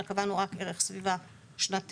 אלא קבענו רק ערך סביבה שנתי.